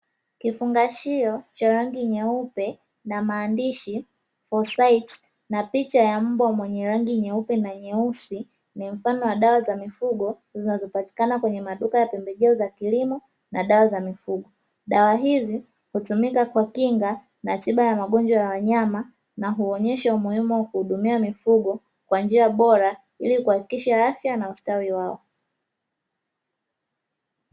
Kifungashio cha rangi nyeupe na maandishi ''pocides" na picha ya mbwa mwenye rangi nyeupe na nyeusi ni mfano wa dawa za mifugo zinazopatikana kwenye maduka ya pembejeo za kilimo na dawa za mifugo. Dawa hizi hutumika kwa kinga na tiba ya magonjwa ya wanyama na huonyesha umuhimu wa kuhudumia mifugo kwa njia bora ili kuhakikisha afya na ustwawi wao.